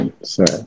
sorry